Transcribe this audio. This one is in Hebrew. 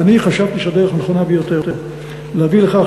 ואני חשבתי שהדרך הנכונה ביותר להביא לכך